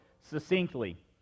succinctly